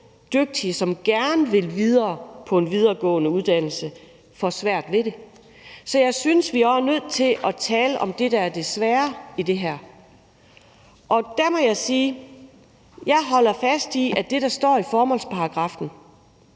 dygtige, som gerne vil videre på en videregående uddannelse, får svært ved det. Så jeg synes, vi er nødt til at tale om det, der er det svære i det her. Og der må jeg sige, at jeg holder fast i, at det handler om det, der står i formålsparagraffen,